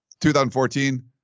2014